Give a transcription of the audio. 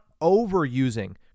overusing